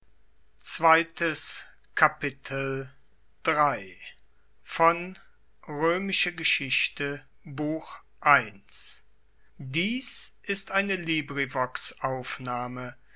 dies ist die